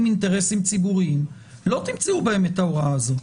אינטרסים ציבוריים לא תמצאו בהם את ההוראה הזאת.